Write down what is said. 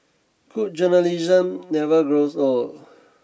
food journalism never grows old